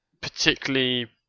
particularly